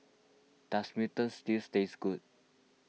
does Mutton Stew taste good